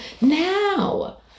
now